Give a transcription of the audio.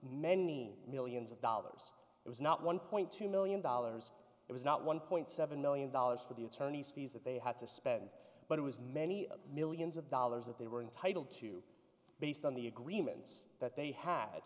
many millions of dollars it was not one point two million dollars it was not one point seven million dollars for the attorneys fees that they had to spend but it was many millions of dollars that they were entitled to based on the agreements that they had